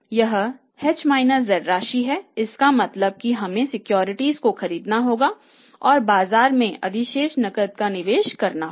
यह h z राशि है इसका मतलब है कि हमें सिक्योरिटीज को खरीदना होगा और बाजार में अधिशेष नकद का निवेश करना होगा